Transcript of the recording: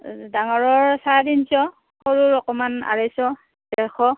ডাঙৰৰ চাৰে তিনিশ সৰুৰ অকণমান আঢ়ৈশ দেৰশ